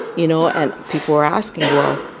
you know? and people were asking, well,